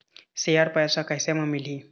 Share पैसा कैसे म मिलही?